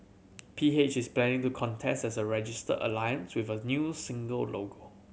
P H is planning to contest as a register alliance with a new single logo